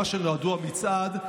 מה שנועד לו המצעד,